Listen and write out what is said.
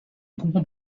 comprends